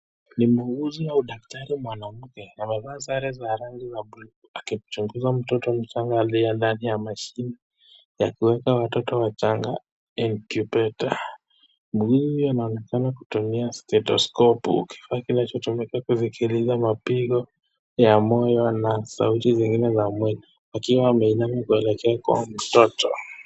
Ni muuguzi au daktari mwanamke aliyevaa sare za rangi ya blue akimchunguza mtoto mdogo aliyekuwa ndani ya machine ya kuweka watoto wachanga au incubator muuguzi anaonekana kutumia stetheskopu kifaa kinachotumika katika kusikiliza mapigo ya moyo na sauti zingine za mwili, akiwa ameinama kuelekea kwa mtoto.